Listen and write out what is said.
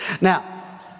Now